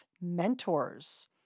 Mentors